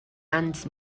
ends